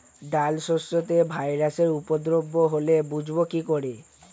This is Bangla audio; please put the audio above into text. ডাল শস্যতে ভাইরাসের উপদ্রব হলে বুঝবো কি করে?